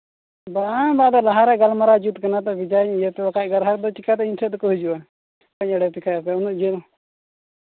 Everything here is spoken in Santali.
ᱵᱟᱝ ᱵᱟᱝ ᱟᱫᱚ ᱞᱟᱦᱟᱨᱮ ᱜᱟᱞᱢᱟᱨᱟᱣ ᱡᱩᱛ ᱠᱟᱱᱟ ᱛᱚ ᱵᱟᱠᱷᱟᱱ ᱜᱨᱟᱦᱚᱠ ᱫᱚ ᱪᱤᱠᱟᱹᱛᱮ ᱤᱧ ᱴᱷᱮᱱ ᱫᱚᱠᱚ ᱦᱤᱡᱩᱜᱼᱟ ᱵᱟᱹᱧ ᱵᱟᱲᱟᱭᱟ ᱪᱤᱠᱟᱹᱭᱟᱯᱮ ᱩᱱᱟᱹᱜ ᱡᱷᱟᱹᱞ